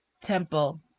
temple